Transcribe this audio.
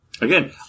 Again